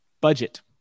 budget